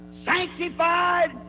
sanctified